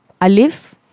Alif